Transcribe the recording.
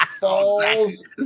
Falls